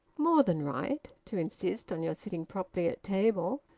more than right, to insist on your sitting properly at table.